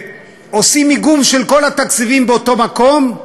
ועושים איגום של כל התקציבים באותו מקום,